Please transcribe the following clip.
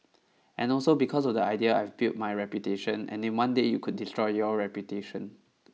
and also because of the idea I've built my reputation and in one day you could destroy your reputation